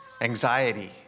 anxiety